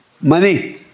money